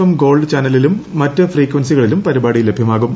M Gold ചാനലിലും മറ്റ് ഫ്രീക്വൻസികളിലും പരിപാടി ലഭൃമാകും